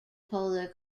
polar